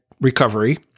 recovery